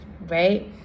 Right